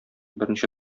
беренче